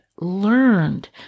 learned